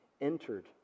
entered